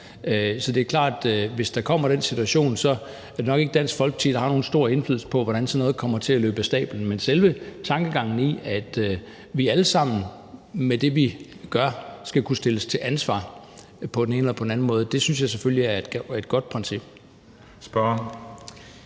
så er det klart, at hvis der kommer den situation, er det nok ikke Dansk Folkeparti, der har nogen stor indflydelse på, hvordan sådan noget kommer til løbe af stablen. Men selve tankegangen om, at vi alle sammen vil kunne stilles til ansvar for det, vi gør, på den ene eller den anden måde, synes jeg selvfølgelig er et godt princip. Kl.